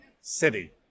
city